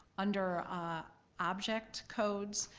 under object codes,